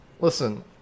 Listen